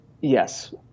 Yes